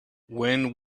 when